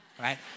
right